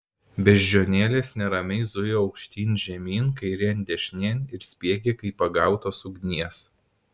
beždžionėlės neramiai zujo aukštyn žemyn kairėn dešinėn ir spiegė kaip pagautos ugnies